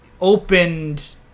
opened